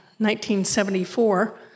1974